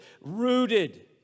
rooted